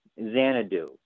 Xanadu